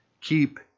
keep